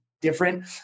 different